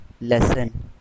Lesson